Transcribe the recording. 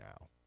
now